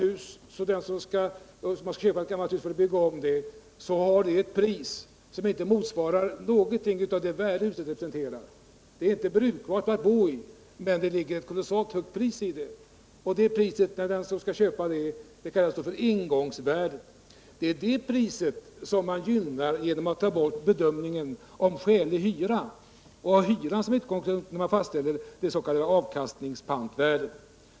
Om man vill köpa ett gammalt hus för att bygga om det, så har det ett pris som inte på något sätt motsvarar det värde som huset representerar. Huset är inte brukbart för bostadsändamål, men det har ändå eu kolossalt högt pris. Detta pris kallas för ingångsvärdet. Det är det priset som påverkas om man går ifrån principen att ha hyran som utgångspunkt när man fastställer det s.k. avkastningspantvärdet.